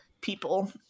People